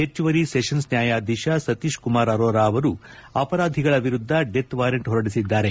ಹೆಚ್ಚುವರಿ ಸೆಪನ್ಸ್ ನ್ನಾಯಾಧೀಶ ಸತೀಶ್ ಕುಮಾರ್ ಅರೋರಾ ಅವರು ಅಪರಾಧಿಗಳ ವಿರುದ್ದ ಡೆತ್ ವಾರೆಂಟ್ ಹೊರಡಿಸಿದ್ದಾರೆ